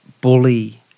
bully